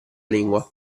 lingua